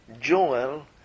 Joel